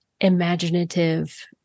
imaginative